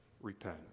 repent